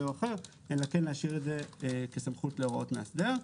או אחר אלא להשאיר את זה כסמכות להוראות מאסדר.